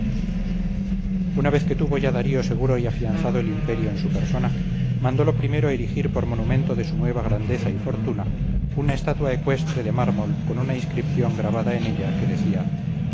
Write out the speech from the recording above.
una vez que tuvo ya darío seguro y afianzado el imperio en su persona mandó lo primero erigir por monumento de su nueva grandeza y fortuna una estatua ecuestre de mármol con una inscripción grabada en ella que decía